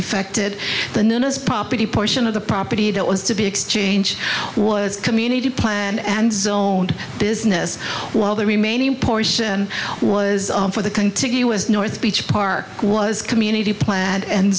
effected the new owners property portion of the property that was to be exchanged was community plan and zoned business while the remaining portion was for the contiguous north beach park was community planned and